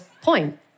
point